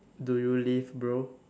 do you live bro